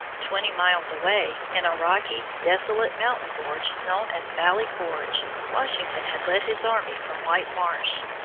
twenty miles away, in a rocky, desolate, mountain gorge known as valley forge, washington had led his army from white marsh.